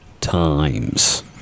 times